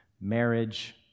marriage